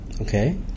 Okay